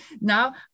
now